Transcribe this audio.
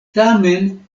tamen